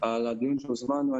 הדיון שהוזמנו אליו.